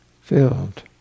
filled